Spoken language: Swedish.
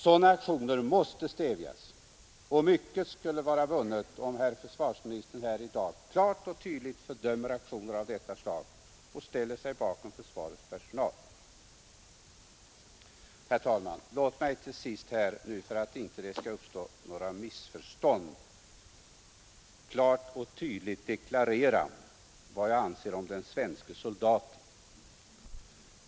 Sådana aktioner måste stävjas, och mycket skulle vinnas om herr försvarsministern här i dag klart och tydligt fördömer aktioner av detta slag och ställer sig bakom försvarets personal. Herr talman! Låt mig till sist, för att det inte skall uppstå några missförstånd, klart och tydligt deklarera vad jag anser om den svenske soldaten.